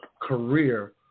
career